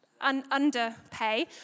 underpay